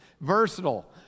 versatile